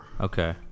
Okay